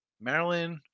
Maryland